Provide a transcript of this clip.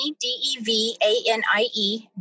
D-E-V-A-N-I-E